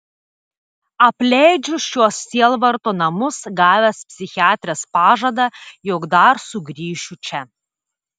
apleidžiu šiuos sielvarto namus gavęs psichiatrės pažadą jog dar sugrįšiu čia